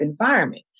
environment